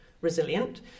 resilient